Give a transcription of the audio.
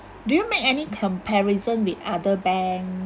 do you make any comparison with other bank